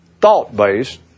thought-based